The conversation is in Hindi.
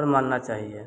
और मानना चाहिए